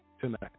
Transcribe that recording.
tonight